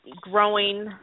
growing